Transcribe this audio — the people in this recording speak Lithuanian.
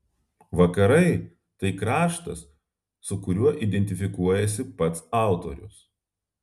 vakarai tai kraštas su kuriuo identifikuojasi pats autorius